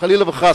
חס וחלילה,